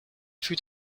fut